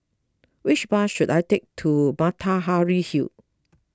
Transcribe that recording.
which bus should I take to Matahari Hall